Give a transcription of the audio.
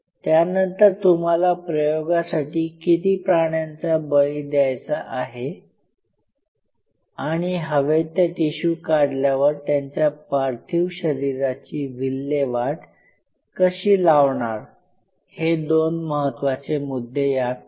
त्यानंतर तुम्हाला प्रयोगासाठी किती प्राण्यांचा बळी द्यायचा आहे आणि हवे ते टिशू काढल्यावर त्यांच्या पार्थिव शरीराची विल्हेवाट कशी लावणार हे दोन महत्वाचे मुद्दे यात आहेत